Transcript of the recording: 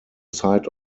site